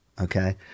Okay